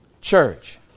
church